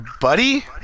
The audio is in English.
Buddy